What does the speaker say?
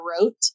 wrote